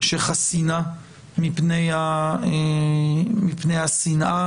שחסינה מפני השנאה,